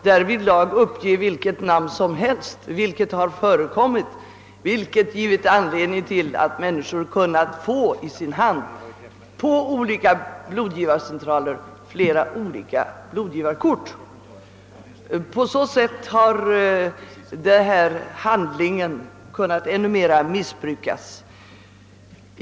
Och man kan ju uppge vilket namn som helst — det har förekommit och lett till att personer fått i sin hand blodgivarkort från flera olika blodgivarcentraler. På så sätt har denna handling kunnat missbrukas i ännu större utsträckning.